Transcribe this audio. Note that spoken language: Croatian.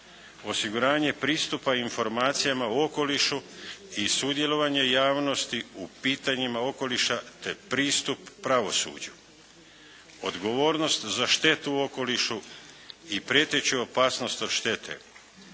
osiguranje pristupa informacijama o okolišu i sudjelovanje javnosti u pitanjima okoliša te pristup pravosuđu. Odgovornost za štetu u okolišu i prijeteću opasnost od štete,